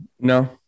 No